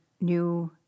new